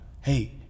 hey